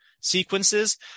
sequences